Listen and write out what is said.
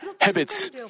habits